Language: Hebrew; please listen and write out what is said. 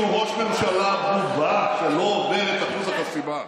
ראש ממשלה בובה שלא עובר את אחוז החסימה.